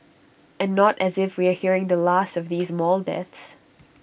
and not as if we are hearing the last of these mall deaths